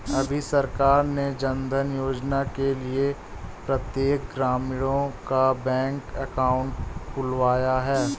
अभी सरकार ने जनधन योजना के लिए प्रत्येक ग्रामीणों का बैंक अकाउंट खुलवाया है